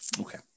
Okay